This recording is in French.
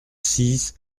six